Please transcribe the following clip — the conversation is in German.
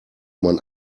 man